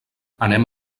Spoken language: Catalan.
anem